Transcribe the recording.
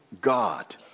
God